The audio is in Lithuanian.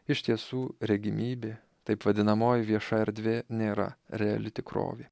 iš tiesų regimybė taip vadinamoji vieša erdvė nėra reali tikrovė